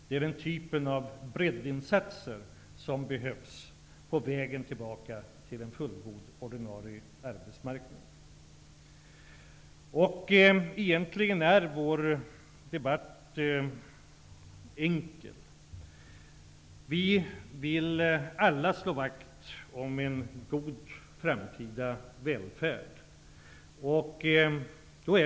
Det är den typen av breddinsatser som behövs på vägen tillbaka till en fullgod ordinarie arbetsmarknad. Egentligen är vår debatt enkel. Vi vill alla slå vakt om en god framtida välfärd.